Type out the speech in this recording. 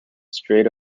straight